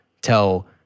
tell